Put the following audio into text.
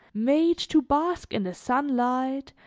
made to bask in the sunlight,